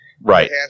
Right